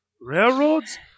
railroads